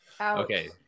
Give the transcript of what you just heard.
Okay